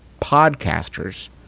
podcasters